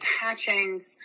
attaching